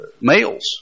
males